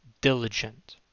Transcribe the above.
diligent